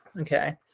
Okay